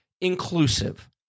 inclusive